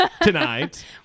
tonight